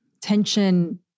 Tension